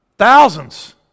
Thousands